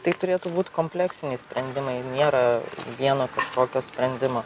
tai turėtų būt kompleksiniai sprendimai nėra vieno kažkokio sprendimo